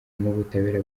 n’ubutabera